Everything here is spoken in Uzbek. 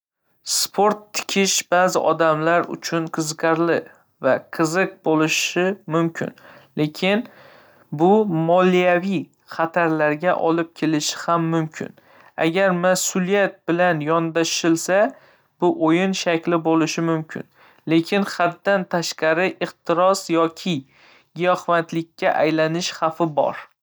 Sport tikish ba'zi odamlar uchun qiziqarli va qiziq bo‘lishi mumkin, lekin bu moliyaviy xatarlarga olib kelishi ham mumkin. Agar mas'uliyat bilan yondashilsa, bu o‘yin shakli bo‘lishi mumkin, lekin haddan tashqari ehtiros yoki giyohvandlikka aylanish xavfi bor.